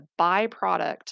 byproduct